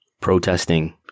Protesting